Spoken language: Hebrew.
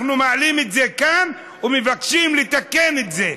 אנחנו מעלים את זה כאן ומבקשים לתקן את זה.